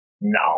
no